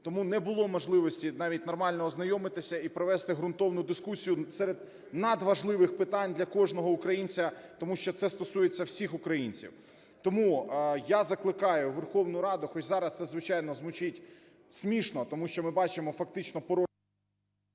тому не було можливості навіть нормально ознайомитися і провести ґрунтовну дискусію серед надважливих питань для кожного українця, тому що це стосується всіх українців. Тому я закликаю Верховну Раду, хоча зараз це, звичайно, звучить смішно, тому що ми бачимо фактично…